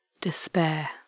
despair